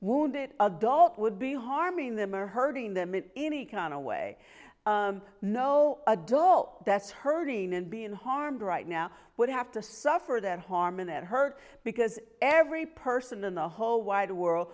wounded adult would be harming them or hurting them in any conaway no adult that's hurting and being harmed right now would have to suffer that harm in that hurt because every person in the whole wide world